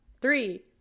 Three